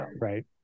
Right